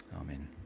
Amen